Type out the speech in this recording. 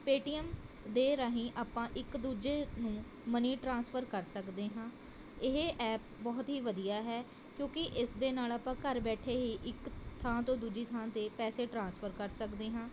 Paytm ਦੇ ਰਾਹੀਂ ਆਪਾਂ ਇੱਕ ਦੂਜੇ ਨੂੰ ਮਨੀ ਟ੍ਰਾਂਸਫਰ ਕਰ ਸਕਦੇ ਹਾਂ ਇਹ ਐਪ ਬਹੁਤ ਹੀ ਵਧੀਆ ਹੈ ਕਿਉਂਕਿ ਇਸ ਦੇ ਨਾਲ਼ ਆਪਾਂ ਘਰ ਬੈਠੇ ਹੀ ਇੱਕ ਥਾਂ ਤੋਂ ਦੂਜੀ ਥਾਂ 'ਤੇ ਪੈਸੇ ਟ੍ਰਾਂਸਫਰ ਕਰ ਸਕਦੇ ਹਾਂ